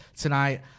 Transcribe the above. tonight